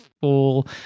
full